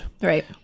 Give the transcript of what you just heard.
Right